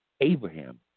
Abraham